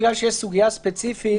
בגלל שיש סוגיה ספציפית,